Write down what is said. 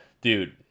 dude